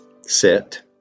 sit